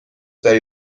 داری